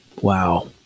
Wow